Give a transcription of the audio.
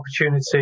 opportunity